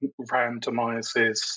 randomizes